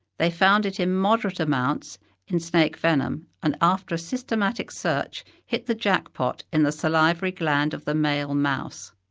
they found it in moderate amounts in snake venom and, after a systematic search, hit the jack-pot in the salivary gland of the male mouse,